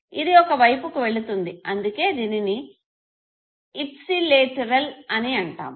ఇది ఒకే వైపుకు వెళుతుంది అందుకే దీనిని ఇప్సి లేటరల్ అని అంటాము